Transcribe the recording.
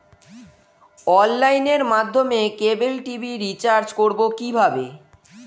অনলাইনের মাধ্যমে cable TV recharge করব কি করে?